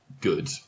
good